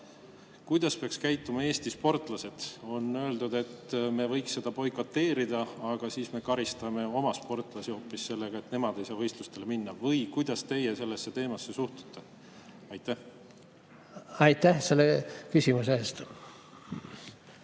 kuidas peaksid käituma Eesti sportlased? On öeldud, et me võiks neid võistlusi boikoteerida, aga siis me karistaks oma sportlasi hoopis sellega, et nemad ei saa võistlustele minna. Kuidas teie sellesse teemasse suhtute? Aitäh selle küsimuse eest!